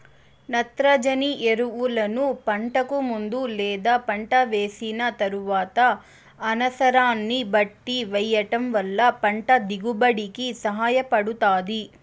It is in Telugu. నత్రజని ఎరువులను పంటకు ముందు లేదా పంట వేసిన తరువాత అనసరాన్ని బట్టి వెయ్యటం వల్ల పంట దిగుబడి కి సహాయపడుతాది